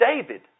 David